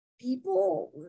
people